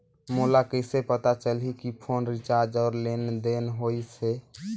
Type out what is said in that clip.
मोला कइसे पता चलही की फोन रिचार्ज और लेनदेन होइस हे?